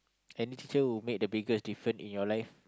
any teacher who make the biggest different in your life